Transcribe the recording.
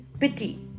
Pity